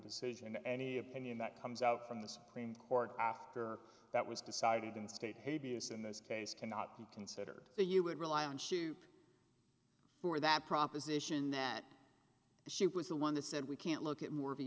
decision any opinion that comes out from the supreme court after that was decided in state a b s in this case cannot be considered the you would rely on shoop for that proposition that she was the one that said we can't look at more